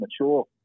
mature